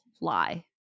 lie